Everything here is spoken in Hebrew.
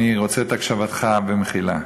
אני רוצה את הקשבתך, במחילה: